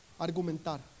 Argumentar